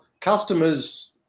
customers